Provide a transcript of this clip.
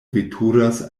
veturas